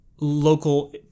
local